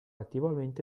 attivamente